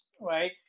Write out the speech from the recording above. right